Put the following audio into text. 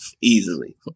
Easily